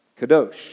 Kadosh